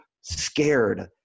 scared